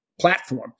platform